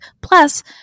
Plus